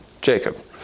Jacob